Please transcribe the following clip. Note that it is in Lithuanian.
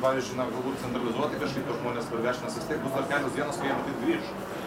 pavyzdžiui na galbūt centralizuotai kažkaip tuos žmones pavežt nes vis tiek bus dar kelios dienos kad jiem taip grįš